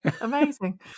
Amazing